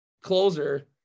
closer